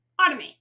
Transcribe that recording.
Automate